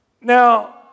Now